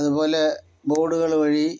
അതുപോലെ ബോർഡുകൾ വഴി